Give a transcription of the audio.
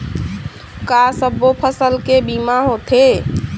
का सब्बो फसल के बीमा होथे?